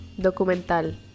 Documental